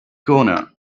corner